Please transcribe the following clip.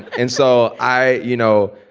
and so i you know,